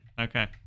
okay